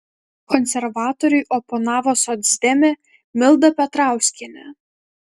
konservatoriui oponavo socdemė milda petrauskienė